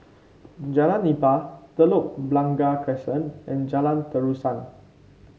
Jalan Nipah Telok Blangah Crescent and Jalan Terusan